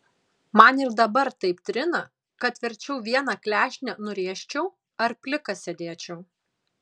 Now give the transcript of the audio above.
man ir dabar taip trina kad verčiau vieną klešnę nurėžčiau ar plikas sėdėčiau